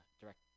direct